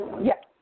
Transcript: Yes